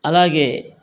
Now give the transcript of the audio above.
అలాగే